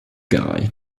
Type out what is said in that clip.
guy